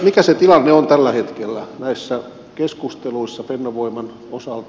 mikä se tilanne on tällä hetkellä näissä keskusteluissa fennovoiman osalta